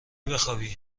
بخوابی